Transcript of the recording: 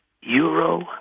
Euro